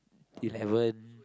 eleven